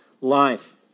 life